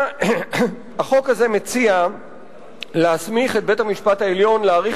החוק הזה מציע להסמיך את בית-המשפט העליון להאריך